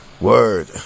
word